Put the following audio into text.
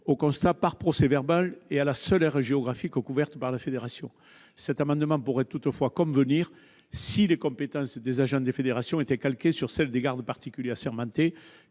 au constat par procès-verbal et à la seule aire géographique couverte par la fédération. La rédaction ainsi proposée pourrait convenir si les compétences des agents des fédérations étaient calquées sur celles des gardes particuliers assermentés,